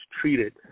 treated